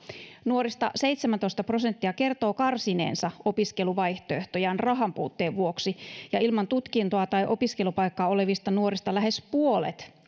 nuorista seitsemäntoista prosenttia kertoo karsineensa opiskeluvaihtoehtojaan rahanpuutteen vuoksi ja ilman tutkintoa tai opiskelupaikkaa olevista nuorista lähes puolet